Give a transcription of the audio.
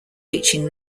reaching